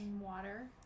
Water